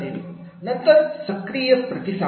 नंतर सक्रिय प्रतिसाद